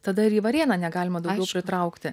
tada ir į varėną negalima daugiau pritraukti